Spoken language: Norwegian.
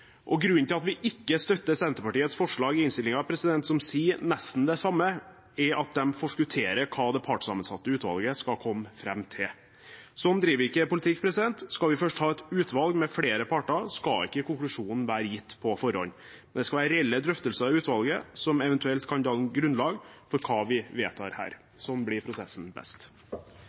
Grunnen til at vi ikke støtter Senterpartiets forslag i innstillingen, som sier nesten det samme, er at de forskutterer hva det partssammensatte utvalget skal komme fram til. Slik driver vi ikke politikk – skal vi først ha et utvalg med flere parter, skal ikke konklusjonen være gitt på forhånd. Det skal være reelle drøftelser i utvalget, som eventuelt kan danne grunnlag for hva vi vedtar her. Slik blir prosessen best.